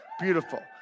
Beautiful